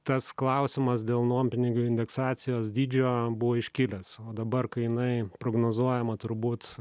tas klausimas dėl nuompinigių indeksacijos dydžio buvo iškilęs o dabar kai jinai prognozuojama turbūt